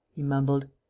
he mumbled.